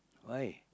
why